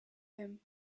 him